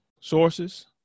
sources